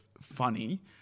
funny